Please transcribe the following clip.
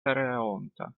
pereonta